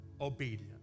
Obedience